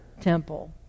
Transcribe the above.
temple